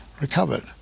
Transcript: recovered